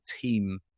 team